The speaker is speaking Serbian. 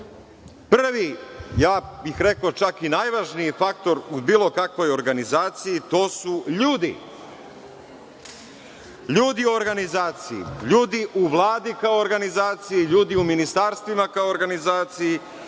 Prvi, rekao bih čak i najvažniji, faktor u bilo kakvoj organizaciji, to su ljudi. LJudi u organizaciji, ljudi u Vladi kao organizaciji, ljudi u ministarstvima kao organizaciji,